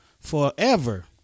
forever